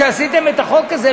כשעשיתם את החוק הזה,